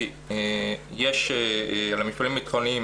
כי מי שנותן למפעלים ביטחוניים